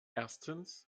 erstens